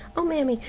o mammy,